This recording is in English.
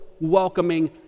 welcoming